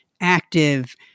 active